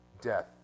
death